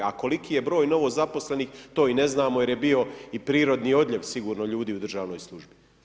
A koliki je broj novozaposlenih, to i ne znamo jer je bio i prirodni odljev sigurno ljudi u državnoj službi.